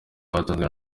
batanzwe